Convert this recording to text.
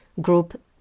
group